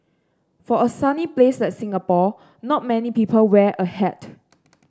for a sunny place like Singapore not many people wear a hat